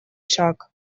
шаг